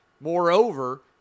Moreover